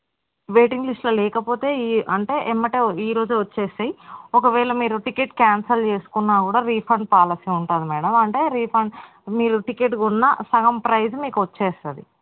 waiting లిస్ట్లో లేకపోతే ఈ అంటే వెంబడే ఈరోజే వచ్చేస్తాయి ఒకవేళ మీరు టికెట్ క్యాన్సిల్ చేసుకున్నా కూడా రీఫండ్ పాలసీ ఉంటుంది మ్యాడమ్ అంటే రీఫండ్ మీరు టికెట్ కొన్నా సగం ప్రైజ్ మీకు వచ్చేస్తుంది